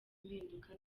impinduka